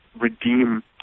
redeem